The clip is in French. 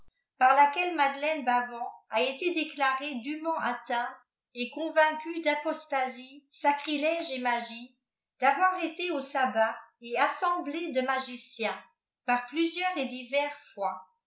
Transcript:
par laquelle madelelue bavan a été déclarée dûment atteinte et convaincue d'apostasie sacrilège et maiè d'avoir été au sabbat et assemblée de magiciens par plusieurs et diverses fois